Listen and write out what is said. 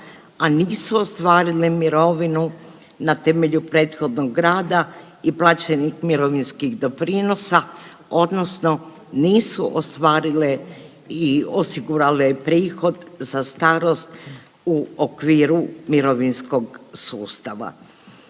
a nisu ostvarile mirovinu na temelju prethodnog rada i plaćenih mirovinskih doprinosa odnosno nisu ostvarile i osigurale prihod za starost u okviru mirovinskog sustava.